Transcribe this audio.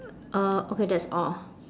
uh okay that's all